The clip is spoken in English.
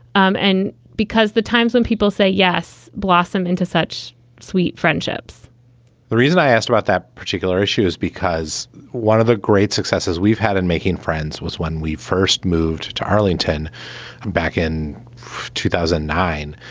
um and because the times when people say yes blossom into such sweet friendships the reason i asked about that particular issue is because one of the great successes we've had in making friends was when we first moved to arlington and back in two thousand and nine.